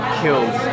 killed